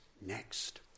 next